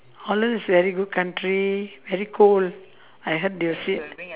holland is very good country very cold I heard they said